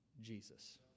Jesus